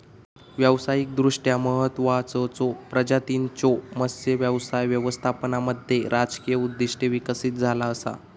व्यावसायिकदृष्ट्या महत्त्वाचचो प्रजातींच्यो मत्स्य व्यवसाय व्यवस्थापनामध्ये राजकीय उद्दिष्टे विकसित झाला असा